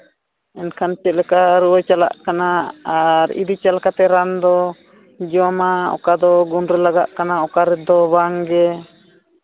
ᱮᱱᱠᱷᱟᱱ ᱪᱮᱫ ᱞᱮᱠᱟ ᱨᱩᱣᱟᱹ ᱪᱟᱞᱟᱜ ᱠᱟᱱᱟ ᱟᱨ ᱤᱫᱤ ᱠᱮᱣᱟᱯᱮ ᱨᱟᱱ ᱫᱚ ᱡᱚᱢᱟ ᱚᱠᱟ ᱫᱚ ᱜᱩᱱᱨᱮ ᱞᱟᱜᱟᱜ ᱠᱟᱱᱟ ᱚᱠᱟ ᱨᱮᱫᱚ ᱵᱟᱝᱜᱮ